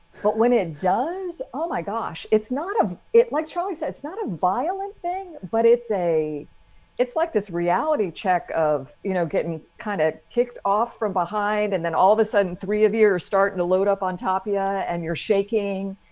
but when it does. oh, my gosh. it's not it like choice. it's not a violent thing, but it's a it's like this reality check of, you know, getting kind of kicked off from behind. and then all of a sudden three of you're starting to load up on top. yeah. and you're shaking.